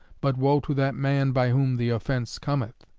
but woe to that man by whom the offense cometh.